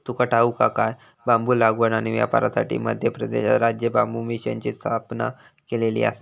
तुका ठाऊक हा काय?, बांबू लागवड आणि व्यापारासाठी मध्य प्रदेशात राज्य बांबू मिशनची स्थापना केलेली आसा